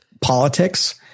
politics